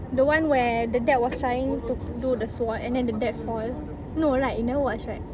the one where the dad was trying to do the sword and then the dad fall no right you never watch right